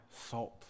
salt